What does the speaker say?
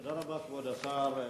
תודה רבה, כבוד השר.